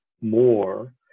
more